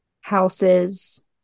houses